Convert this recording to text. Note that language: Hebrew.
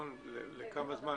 18,000 טון, לכמה זמן?